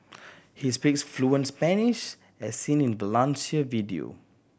he speaks fluent Spanish as seen in Valencia video